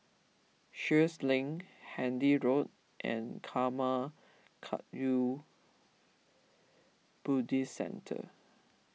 Sheares Link Handy Road and Karma Kagyud Buddhist Centre